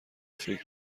فکر